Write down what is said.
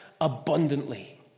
abundantly